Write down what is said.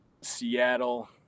Seattle